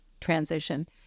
transition